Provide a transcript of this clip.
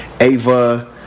Ava